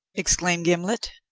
exclaimed gimblet.